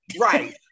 Right